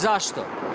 Zašto?